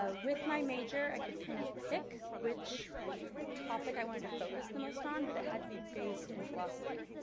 ah with my major i could kind of pick which topic i wanted to focus the most on, but it had to be based in philosophy.